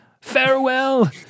farewell